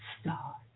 star